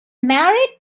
married